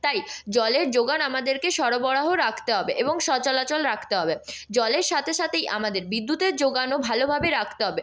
তাই জলের জোগান আমাদেরকে সরবরাহ রাখতে হবে এবং সচরাচর রাখতে হবে জলের সাথে সাথেই আমাদের বিদ্যুতের জোগানও ভালোভাবে রাখতে হবে